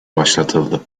başlatıldı